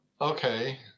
Okay